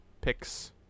Picks